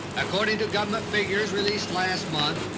according to government figures released last month,